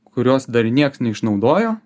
kurios dar nieks neišnaudojo